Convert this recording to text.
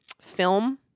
film